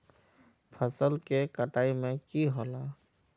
फसल के कटाई में की होला?